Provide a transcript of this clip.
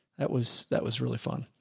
that was, that was really fun.